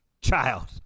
child